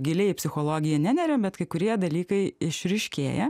giliaiį psichologiją neneriam bet kai kurie dalykai išryškėja